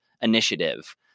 Initiative